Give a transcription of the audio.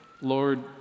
Lord